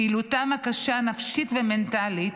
פעילותם קשה נפשית ומנטלית,